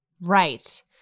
Right